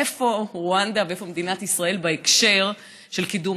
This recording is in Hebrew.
איפה רואנדה ואיפה מדינת ישראל בהקשר של קידום